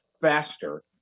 faster